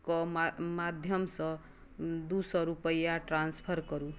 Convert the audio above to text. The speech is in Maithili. के माध्यमसँ दुइ सओ रुपैआ ट्रान्सफर करू